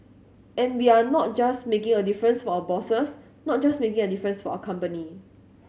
and we are not just making a difference for our bosses not just making a difference for our company